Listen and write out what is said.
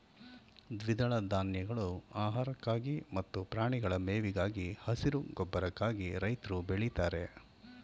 ದ್ವಿದಳ ಧಾನ್ಯಗಳು ಆಹಾರಕ್ಕಾಗಿ ಮತ್ತು ಪ್ರಾಣಿಗಳ ಮೇವಿಗಾಗಿ, ಹಸಿರು ಗೊಬ್ಬರಕ್ಕಾಗಿ ರೈತ್ರು ಬೆಳಿತಾರೆ